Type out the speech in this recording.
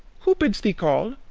who bids thee call?